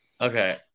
Okay